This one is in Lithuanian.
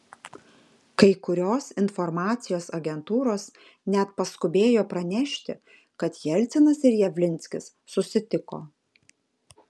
kai kurios informacijos agentūros net paskubėjo pranešti kad jelcinas ir javlinskis susitiko